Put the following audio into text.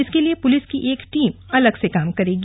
इसके लिए पुलिस की एक टीम अलग से काम करेगी